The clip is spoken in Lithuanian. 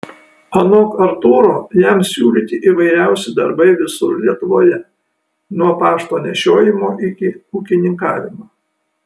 anot artūro jam siūlyti įvairiausi darbai visur lietuvoje nuo pašto nešiojimo iki ūkininkavimo